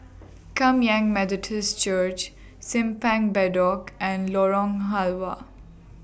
Kum Yan Methodist Church Simpang Bedok and Lorong Halwa